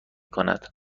کند